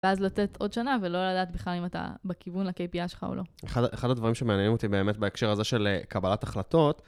ואז לתת עוד שנה ולא לדעת בכלל אם אתה בכיוון ל-KPI שלך או לא. אחד הדברים שמעניינים אותי באמת בהקשר הזה של קבלת החלטות,